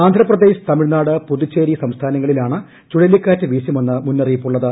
ആന്ധ്രാപ്രദേശ് തമിഴ്നാട് പുതുച്ചേരി സംസ്ഥാനങ്ങളിലാണ് ചുഴലിക്കാറ്റ് വീശുമെന്ന് മുന്നറിയിപ്പുള്ളത്